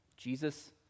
Jesus